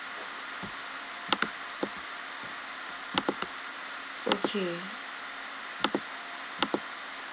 okay